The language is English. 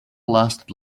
lasted